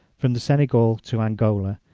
from the senegal to angola,